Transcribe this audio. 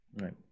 right